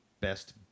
Best